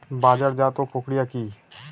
বাজারজাতও প্রক্রিয়া কি?